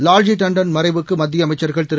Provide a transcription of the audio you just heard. லால்ஜி தாண்டன் மறைவுக்கு மத்தியஅமைச்சர்கள் திரு